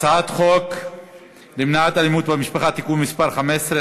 הצעת חוק למניעת אלימות במשפחה (תיקון מס' 15),